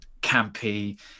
campy